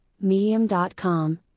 Medium.com